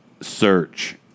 search